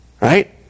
Right